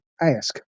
ask